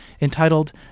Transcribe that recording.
entitled